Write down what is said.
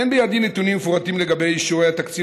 אין בידי נתונים מפורטים לגבי אישורי התקציב